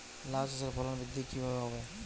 লাউ চাষের ফলন বৃদ্ধি কিভাবে হবে?